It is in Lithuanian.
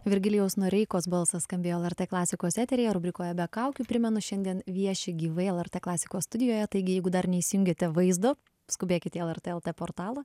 virgilijaus noreikos balsas skambėjo lrt klasikos eteryje rubrikoje be kaukių primenu šiandien vieši gyvai lrt klasikos studijoje taigi jeigu dar neįsijungiate vaizdo skubėkite į lrt lt portalą